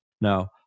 Now